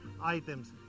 items